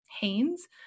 Haynes